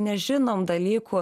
nežinom dalykų